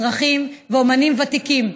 אזרחים ואומנים ותיקים,